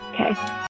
Okay